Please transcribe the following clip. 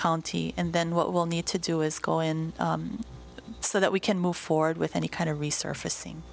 county and then what will need to do is go in so that we can move forward with any kind of resurfacing